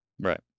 Right